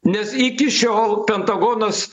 nes iki šiol pentagonas